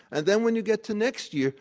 and then when you get to next year,